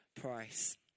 price